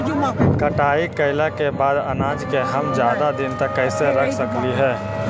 कटाई कैला के बाद अनाज के हम ज्यादा दिन तक कैसे रख सकली हे?